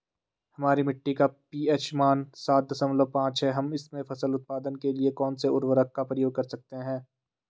हमारी मिट्टी का पी.एच मान सात दशमलव पांच है हम इसमें फसल उत्पादन के लिए कौन से उर्वरक का प्रयोग कर सकते हैं?